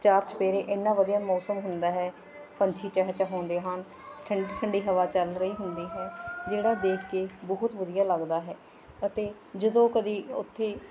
ਚਾਰ ਚੁਫੇਰੇ ਇੰਨਾ ਵਧੀਆ ਮੌਸਮ ਹੁੰਦਾ ਹੈ ਪੰਛੀ ਚਹਿ ਚਹਾਉਂਦੇ ਹਨ ਠੰਡੀ ਠੰਡੀ ਹਵਾ ਚੱਲ ਰਹੀ ਹੁੰਦੀ ਹੈ ਜਿਹੜਾ ਦੇਖ ਕੇ ਬਹੁਤ ਵਧੀਆ ਲੱਗਦਾ ਹੈ ਅਤੇ ਜਦੋਂ ਕਦੀ ਉੱਥੇ